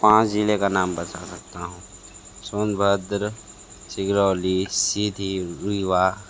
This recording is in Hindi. पांच ज़िले का नाम बता सकता हूँ सोनभद्र सिंगरौली सीधी रीवा